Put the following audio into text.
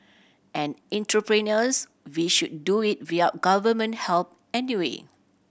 an entrepreneurs we should do it without Government help anyway